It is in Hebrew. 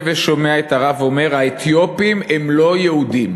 ושומע את הרב אומר: האתיופים הם לא יהודים,